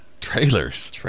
trailers